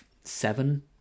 seven